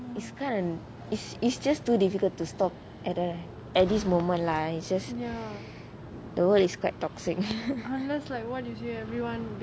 it's kind of it's just too difficult to stop at the at this moment lah it's just the world is quite toxic